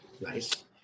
Nice